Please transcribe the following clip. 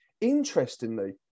Interestingly